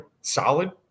solid